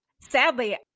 sadly